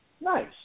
nice